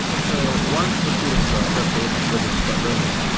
so once the students are set hold ready to start learning,